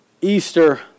Easter